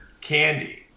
candy